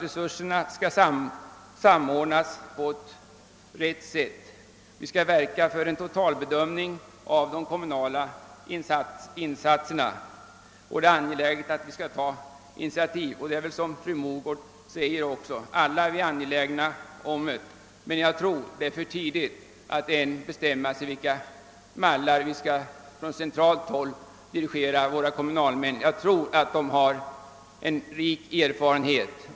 Resurserna skall samordnas på rätt sätt. Vi skall verka för en totalbedömning av de kommunala insatserna, och det är angeläget att vi kan ta ansvar. Som fru Mogård också säger är vi alla angelägna om detta. Men jag tror att det är för tidigt att bestämma sig för efter vilka mallar man från centralt håll skall dirigera våra kommunalmän. Jag tror att de har rik erfarenhet.